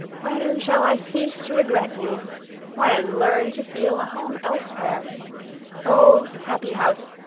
when shall i cease to regret you when learn to feel a home elsewhere oh! happy house,